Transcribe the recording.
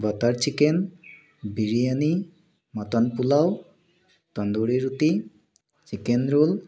butter chicken biryani mutton pulao tandoori roti chicken roll